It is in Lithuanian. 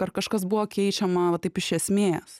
ar kažkas buvo keičiama iš esmės